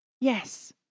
Yes